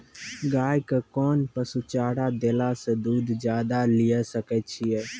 गाय के कोंन पसुचारा देला से दूध ज्यादा लिये सकय छियै?